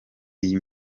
iyi